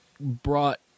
brought